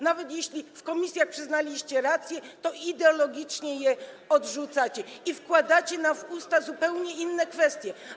Nawet jeśli w ramach komisji przyznaliście rację, to ideologicznie je odrzucacie i wkładacie nam w usta zupełnie inne kwestie.